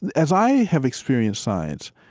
as i have experienced science,